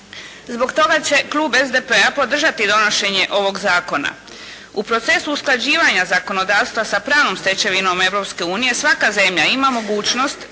Zbog toga će klub SDP-a podržati donošenje ovog Zakona. U procesu usklađivanja zakonodavstva sa pravnom stečevinom Europske unije svaka zemlja ima mogućnost